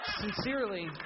Sincerely